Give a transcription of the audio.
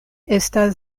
estas